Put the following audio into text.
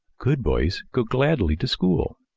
good boys go gladly to school.